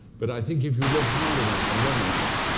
but i think if you look hard enough and long enough,